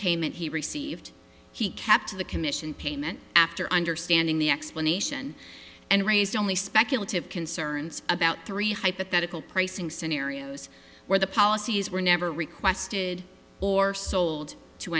payment he received he kept to the commission payment after understanding the explanation and raised only speculative concerns about three hypothetical pricing scenarios where the policies were never requested or sold to